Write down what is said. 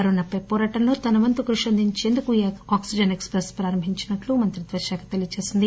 corona పై హోరాటంలో తన వంతు కృషి అందించేందుకు ఈ ఆక్సిజన్ ఎక్స్వెస్ ప్రారంభించినట్లు మంత్రిత్వ శాఖ తెలియజేసింది